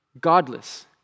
godless